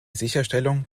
sicherstellung